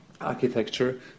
architecture